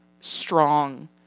strong